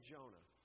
Jonah